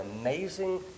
amazing